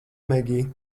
megij